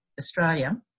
Australia